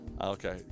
okay